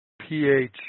pH